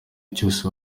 cyose